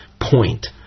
point